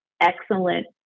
excellent